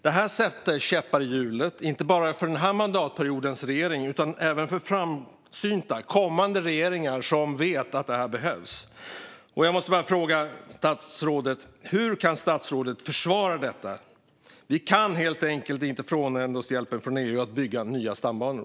Detta sätter käppar i hjulet, inte bara för denna mandatperiods regering utan även för framsynta kommande regeringar som vet att detta behövs. Jag måste fråga statsrådet: Hur kan statsrådet försvara detta? Vi kan helt enkelt inte frånhända oss hjälpen från EU att bygga nya stambanor.